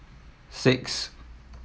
six